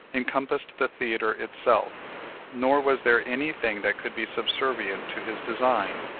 encompassed the theater itself nor was there any thing that could be subservient to his design,